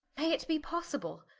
may it be possible,